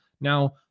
Now